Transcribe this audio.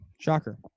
Shocker